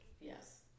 Yes